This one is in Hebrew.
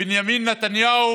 בנימין נתניהו